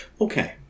Okay